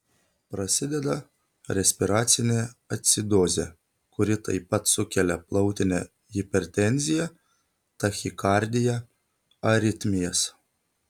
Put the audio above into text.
prasideda respiracinė acidozė kuri taip pat sukelia plautinę hipertenziją tachikardiją aritmijas